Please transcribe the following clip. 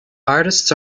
artists